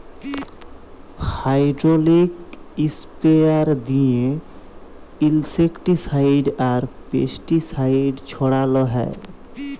hydraulic sprayer দিঁয়ে insecticide আর pesticide ছড়াল হ্যয়